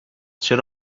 چرا